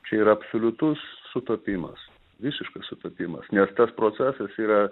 čia yra absoliutus sutapimas visiškas sutapimas nes tas procesas yra